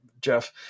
Jeff